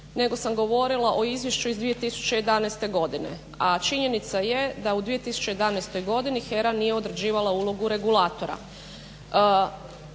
nego sam govorila o Izvješću iz 2011. godine. A činjenica je da u 2011. godini HERA nije određivala ulogu regulatora.